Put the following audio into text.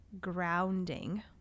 grounding